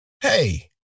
Hey